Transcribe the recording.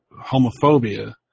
homophobia